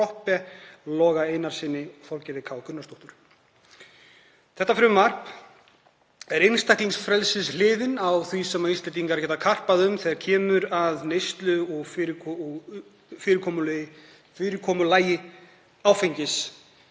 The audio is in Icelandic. Þetta frumvarp er einstaklingsfrelsishliðin á því sem Íslendingar geta karpað um þegar kemur að fyrirkomulagi áfengisneyslu